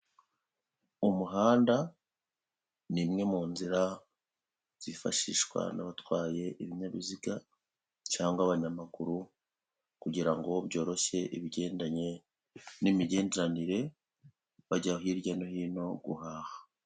Umuhanda ni imwe mu nzira zifashishwa n'abatwaye ibinyabiziga, cyangwa abanyamaguru, kugirango byoroshye ibigendanye n'imigenderanire, bajya hirya no hino guhaha.